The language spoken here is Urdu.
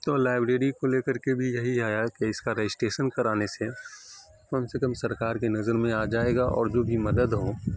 تو لائبریری کو لے کر کے بھی یہی آیا کہ اس کا رجسٹریشن کرانے سے کم سے کم سرکار کی نظر میں آ جائے گا اور جو بھی مدد ہو